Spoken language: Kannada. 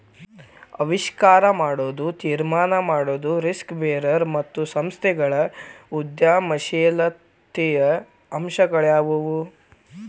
ಆವಿಷ್ಕಾರ ಮಾಡೊದು, ತೀರ್ಮಾನ ಮಾಡೊದು, ರಿಸ್ಕ್ ಬೇರರ್ ಮತ್ತು ಸಂಸ್ಥೆಗಳು ಉದ್ಯಮಶೇಲತೆಯ ಅಂಶಗಳಾಗ್ಯಾವು